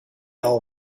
all